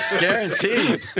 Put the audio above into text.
guaranteed